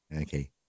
Okay